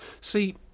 See